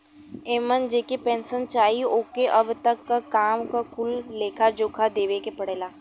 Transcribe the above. एमन जेके पेन्सन चाही ओके अब तक क काम क कुल लेखा जोखा देवे के पड़ला